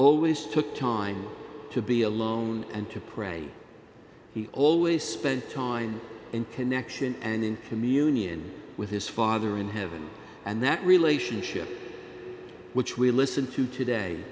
always took time to be alone and to pray he always spent time and connection and in communion with his father in heaven and that relationship which we listen to today